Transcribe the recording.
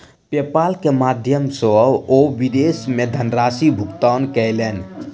PayPal के माध्यम सॅ ओ विदेश मे धनराशि भुगतान कयलैन